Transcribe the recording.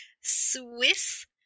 Swiss